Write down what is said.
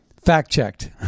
Fact-checked